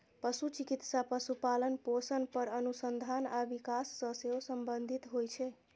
पशु चिकित्सा पशुपालन, पोषण पर अनुसंधान आ विकास सं सेहो संबंधित होइ छै